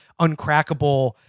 uncrackable